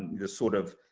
the sort of